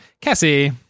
cassie